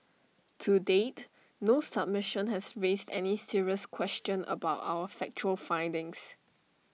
to date no submission has raised any serious question about our factual findings